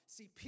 See